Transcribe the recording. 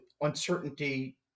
uncertainty